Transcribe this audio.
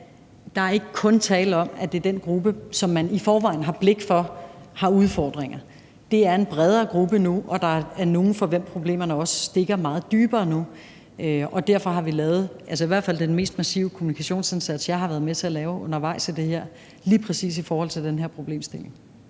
siger, ikke kun er tale om, at det er den gruppe, som man i forvejen har blik for, som har udfordringer. Det er en bredere gruppe nu, og der er nogle, for hvem problemerne stikker meget dybere nu. Derfor har vi lavet den mest massive kommunikationsindsats, jeg i hvert fald har været med til at lave undervejs i det her forløb, lige præcis i forhold til den her problemstilling.